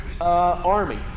Army